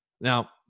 Now